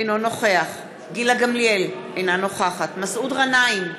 אינו נוכח גילה גמליאל, אינה נוכחת מסעוד גנאים,